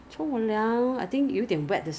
当然啦 commission leh